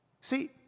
See